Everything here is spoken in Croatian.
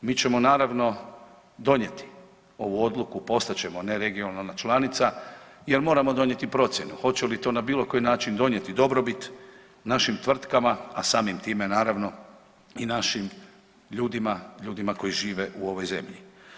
Mi ćemo naravno donijeti ovu odluku, postat ćemo neregionalna članica jer moramo donijeti procjenu, hoće li to na bilo koji način donijeti dobrobit našim tvrtkama, a samim time naravno i našim ljudima, ljudima koji žive u ovoj zemlji.